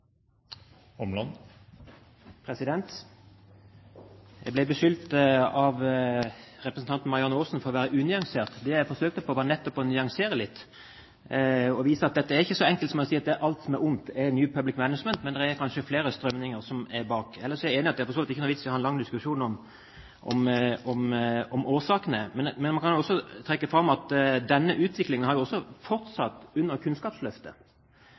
Jeg ble beskyldt for å være unyansert av representanten Marianne Aasen. Det jeg forsøkte på, var nettopp å nyansere litt og vise at dette ikke er så enkelt som å si at alt som er ondt, er New Public Management, men at det kanskje er flere strømninger bak. Ellers er jeg for så vidt enig i at det ikke er noen vits i å ha en lang diskusjon om årsakene. Men man kan også trekke fram at utviklingen med byråkratisering i skolen – som ble innført av en høyreregjering – har fortsatt under Kunnskapsløftet.